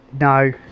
No